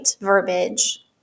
verbiage